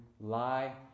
lie